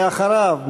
ואחריו,